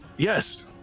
Yes